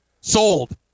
Sold